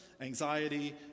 anxiety